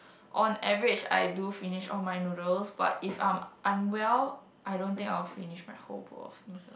on average I do finish all my noodles but if I'm unwell I don't think I will finish my whole bowl of noodle